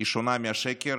שונה מהשקר